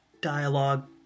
dialogue